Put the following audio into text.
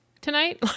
tonight